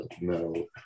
no